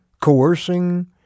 coercing